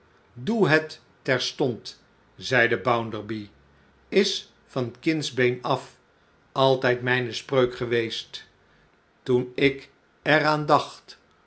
doe het terstond zeide bounderby is van kindsbeen af altijd mijne spreuk geweest toen ik er